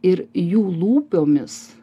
ir jų lūpomis